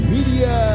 Media